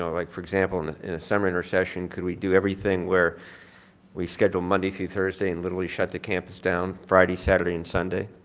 like for example in a seminar session could we do everything where we schedule monday through thursday and literally shut the campus down friday, saturday and sunday?